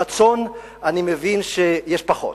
רצון אני מבין שיש פחות,